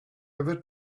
ever